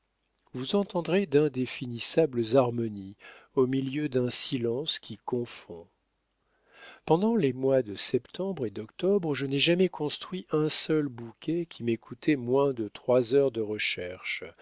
vous entendrez d'indéfinissables harmonies au milieu d'un silence qui confond pendant les mois de septembre et d'octobre je n'ai jamais construit un seul bouquet qui m'ait coûté moins de trois heures de recherches